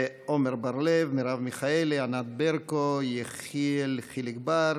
עמר בר-לב, מרב מיכאלי, ענת ברקו, יחיאל חיליק בר,